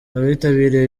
abitabiriye